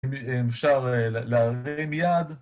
‫אם אפשר להרים יד.